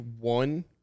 one